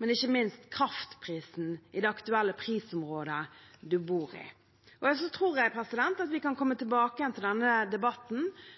og ikke minst kraftprisen i det aktuelle prisområdet man bor i. Så tror jeg at vi kan komme tilbake igjen til denne debatten